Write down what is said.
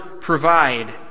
provide